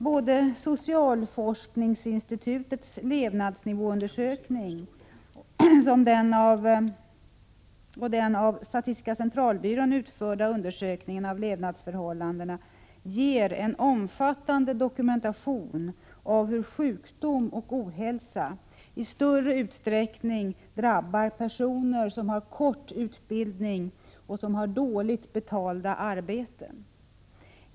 Både socialforskningsinstitutets levnadsnivåundersökning och den av statistiska centralbyrån utförda undersökningen av levnadsförhållanden ger en omfattande dokumentation av hur sjukdom och ohälsa i större utsträckning drabbar personer med kort utbildning och dåligt betalda arbeten.